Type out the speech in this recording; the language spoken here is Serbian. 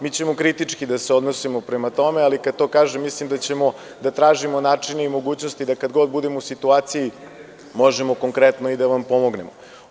Mi ćemo kritički da se odnosimo prema tome, ali kada to kažem mislim da ćemo da tražimo način i mogućnosti da kada god budemo u situaciji možemo konkretno i da vam pomognemo.